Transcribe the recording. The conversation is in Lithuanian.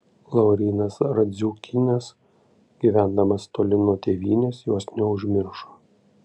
laurynas radziukynas gyvendamas toli nuo tėvynės jos neužmiršo